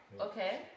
Okay